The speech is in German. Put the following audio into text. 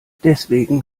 deswegen